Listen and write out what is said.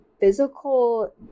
physical